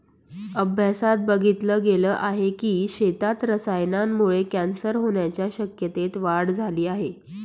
अभ्यासात बघितल गेल आहे की, शेतीत रसायनांमुळे कॅन्सर होण्याच्या शक्यतेत वाढ झाली आहे